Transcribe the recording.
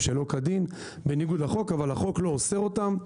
שלא כדין בניגוד לחוק אבל החוק לא אוסר אותם.